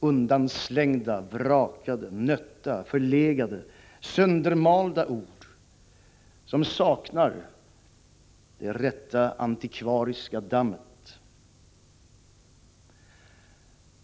Undanslängda, vrakade, nötta, förlegade, söndermalda ord, som saknar det rätta antikvariska dammet.